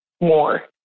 more